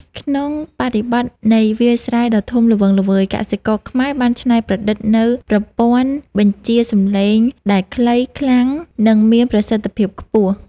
ក្នុងបរិបទនៃវាលស្រែដ៏ធំល្វឹងល្វើយ កសិករខ្មែរបានច្នៃប្រឌិតនូវប្រព័ន្ធបញ្ជាសម្លេងដែលខ្លី ខ្លាំង និងមានប្រសិទ្ធភាពខ្ពស់។